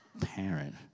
parent